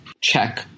check